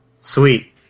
Sweet